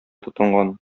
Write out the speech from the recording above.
тотынган